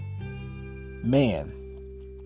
man